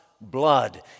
blood